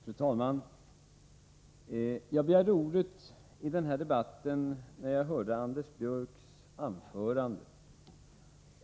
Fru talman! Jag begärde ordet i den här debatten när jag hörde Anders Björcks anförande.